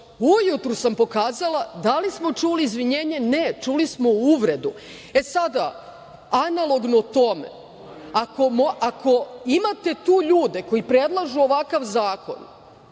Ujutru sam pokazala. Da li smo čuli izvinjenje? Ne, čuli smo uvredu. Analogno tome, ako imate tu ljude koji predlažu ovakav zakon